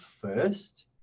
first